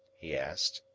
he asked.